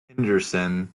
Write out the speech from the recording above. henderson